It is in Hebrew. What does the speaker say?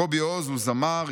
קובי אוז הוא זמר,